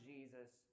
Jesus